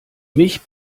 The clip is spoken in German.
mich